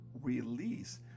release